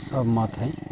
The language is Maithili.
सहमत हय